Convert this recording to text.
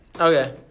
Okay